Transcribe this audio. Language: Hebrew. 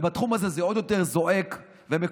ובתחום הזה זה עוד יותר זועק ומקומם.